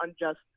unjust